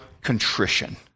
contrition